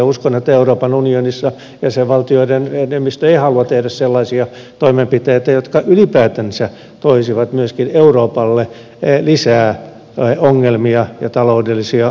uskon että euroopan unionissa jäsenvaltioiden enemmistö ei halua tehdä sellaisia toimenpiteitä jotka ylipäätänsä toisivat myöskin euroopalle lisää ongelmia ja taloudellisia vaikeuksia